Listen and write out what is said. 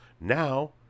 Now